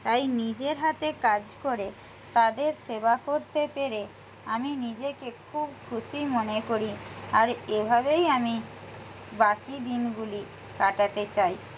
তাই নিজের হাতে কাজ করে তাদের সেবা করতে পেরে আমি নিজেকে খুব খুশি মনে করি আর এভাবেই আমি বাকি দিনগুলি কাটাতে চাই